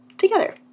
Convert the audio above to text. together